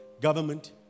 government